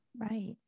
Right